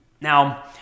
now